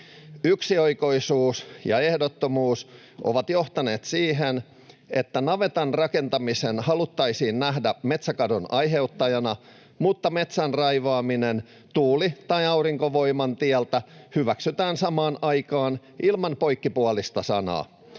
Yksioikoisuus ja ehdottomuus ovat johtaneet siihen, että navetan rakentaminen haluttaisiin nähdä metsäkadon aiheuttajana mutta metsän raivaaminen tuuli- tai aurinkovoiman tieltä hyväksytään samaan aikaan ilman poikkipuolista sanaa.